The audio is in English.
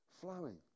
flowing